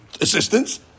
assistance